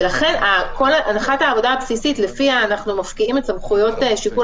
לכן הנחת העבודה הבסיסית לפיה אנחנו מפקיעים את סמכויות שיקול